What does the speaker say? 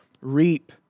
reap